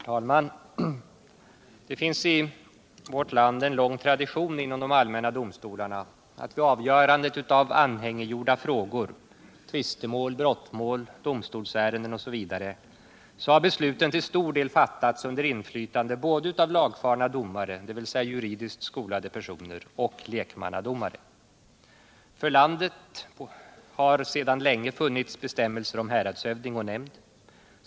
Herr talman! Det finns i vårt land en lång tradition inom de allmänna domstolarna att vid avgörandet av anhängiggjorda frågor — tvistemål, brottmål, domstolsärenden osv. — så har besluten till stor del fattats under inflytande både av lagfarna domare, dvs. juridiskt skolade personer, och lekmannadomare. För landsbygden har sedan länge funnits bestämmelser om häradshövding och nämnd.